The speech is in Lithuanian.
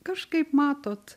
kažkaip matot